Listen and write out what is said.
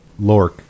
Lork